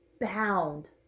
bound